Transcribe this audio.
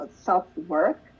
self-work